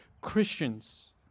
Christians